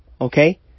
Okay